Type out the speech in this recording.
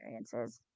experiences